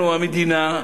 אנחנו, המדינה,